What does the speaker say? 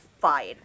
fine